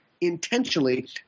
intentionally